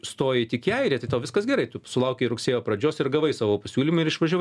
stoji tik į airiją tai tau viskas gerai tu sulaukei rugsėjo pradžios ir gavai savo pasiūlymą ir išvažiavai